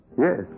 Yes